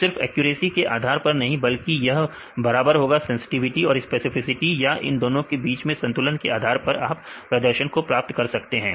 तो सिर्फ एक्यूरेसी के आधार पर नहीं बल्कि यह बराबर होगा सेंसटिविटी और स्पेसिफिसिटी या इन दोनों के बीच में संतुलन के आधार पर भी आप प्रदर्शन को प्राप्त कर सकते हैं